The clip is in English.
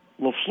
LaFleur